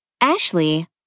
Ashley